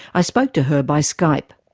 i spoke to her by skype.